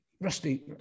Rusty